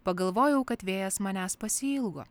pagalvojau kad vėjas manęs pasiilgo